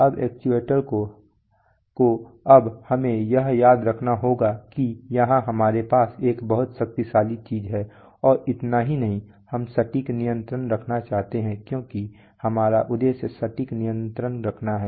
अब एक्ट्यूएटर्स को अब हमें यह याद रखना होगा कि यहां हमारे पास एक बहुत शक्तिशाली चीज है और इतना ही नहीं हम सटीक नियंत्रण रखना चाहते हैं क्योंकि हमारा उद्देश्य सटीक नियंत्रण रखना है